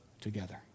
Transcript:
together